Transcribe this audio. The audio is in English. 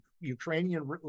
Ukrainian